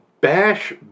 bash